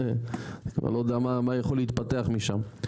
אתה לא יודע מה יכול להתפתח משם.